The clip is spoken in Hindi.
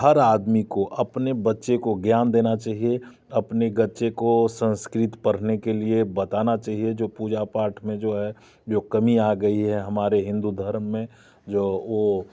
हर आदमी को अपने बच्चे को ज्ञान देना चाहिए अपने गच्चे को संस्कृत पढ़ने के लिए बताना चाहिए जो पूजा पाठ में जो है जो कमी आ गई है हमारे हिंदू धर्म में जो वो